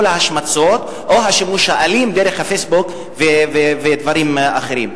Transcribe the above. ההשמצות או השימוש האלים דרך ה"פייסבוק" ודברים אחרים.